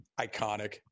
iconic